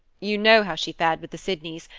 you know how she fared with the sydneys,